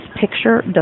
picture